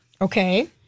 Okay